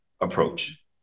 approach